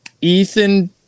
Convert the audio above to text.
Ethan